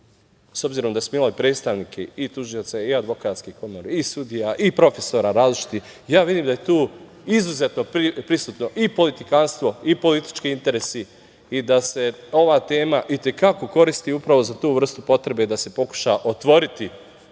s obzirom da smo imali predstavnike i tužioca i advokatske komore i sudija i profesora različitih, ja vidim da je tu izuzetno prisutno i politikanstvo i politički interesi i da se ova tema i te kako koristi upravo za tu vrstu potrebe da se pokuša otvoriti